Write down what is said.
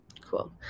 Cool